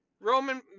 Roman